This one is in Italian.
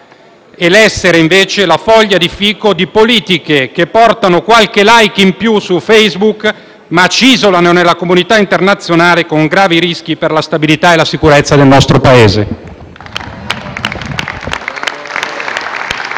e l'essere invece la foglia di fico di politiche che portano qualche *like* in più su Facebook, ma ci isolano nella comunità internazionale, con gravi rischi per la stabilità e la sicurezza del nostro Paese.